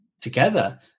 together